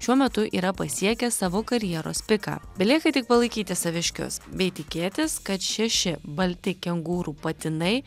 šiuo metu yra pasiekę savo karjeros piką belieka tik palaikyti saviškius bei tikėtis kad šeši balti kengūrų patinai